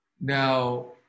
Now